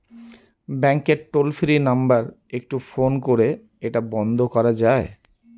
ব্যাংকের toll free number একটু phone করে এটা বন্ধ করা যায়?